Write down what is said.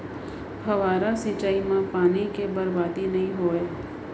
फवारा सिंचई म पानी के बरबादी नइ होवय